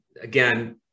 again